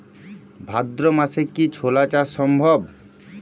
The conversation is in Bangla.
ভাদ্র মাসে কি ছোলা চাষ সম্ভব?